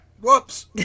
Whoops